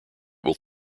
will